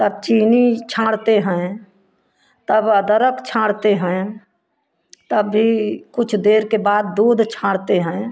तब चीनी छाँड़ते हैं तब अदरक छाँड़ते हैं तभी कुछ देर के बाद दूध छाँड़ते हैं